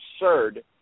absurd